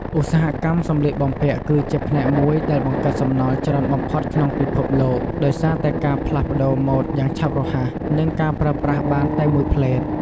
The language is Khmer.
ឧស្សាហកម្មសម្លៀកបំពាក់គឺជាផ្នែកមួយដែលបង្កើតសំណល់ច្រើនបំផុតក្នុងពិភពលោក ដោយសារតែការផ្លាស់ប្តូរម៉ូដយ៉ាងឆាប់រហ័ស និងការប្រើប្រាស់បានតែមួយភ្លែត។